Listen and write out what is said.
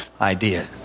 idea